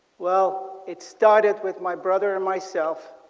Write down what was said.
well it started with my brother and myself